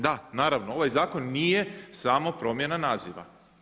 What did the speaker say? Da, naravno ovaj zakon nije samo promjena naziva.